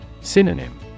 Synonym